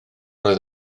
oedd